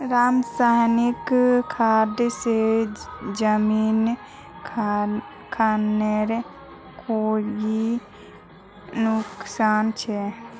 रासायनिक खाद से जमीन खानेर कोई नुकसान छे?